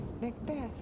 Macbeth